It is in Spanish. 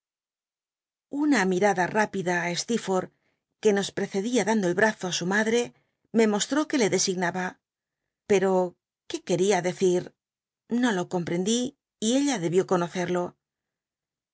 una mirada rápida á ste que nos ih'ecedia dando el brazo á su madre me mostró que le designaba pero qué quería decir no lo comprendí y ella debió conoccdo